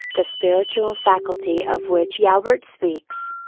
the spiritual faculty of which joubert speaks.